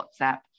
WhatsApp